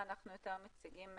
אני אציג את